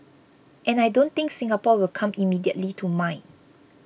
and I don't think Singapore will come immediately to mind